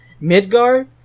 Midgard